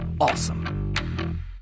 awesome